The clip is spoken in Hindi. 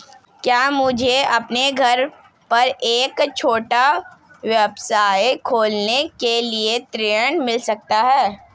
क्या मुझे अपने घर पर एक छोटा व्यवसाय खोलने के लिए ऋण मिल सकता है?